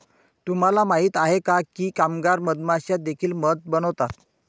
तुम्हाला माहित आहे का की कामगार मधमाश्या देखील मध बनवतात?